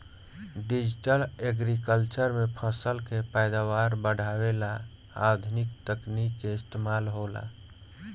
digital agriculture में फसल के पैदावार बढ़ावे ला आधुनिक तकनीक के इस्तमाल होला